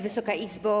Wysoka Izbo!